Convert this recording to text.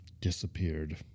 Disappeared